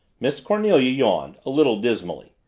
miss cornelia yawned, a little dismally.